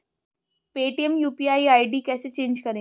Paytm UPI ID कैसे change करें?